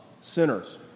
sinners